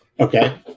Okay